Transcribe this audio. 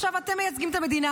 עכשיו אתם מייצגים את המדינה,